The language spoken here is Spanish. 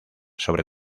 sobre